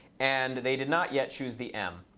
and they did not yet choose the m.